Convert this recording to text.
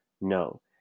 No